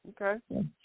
Okay